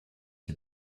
for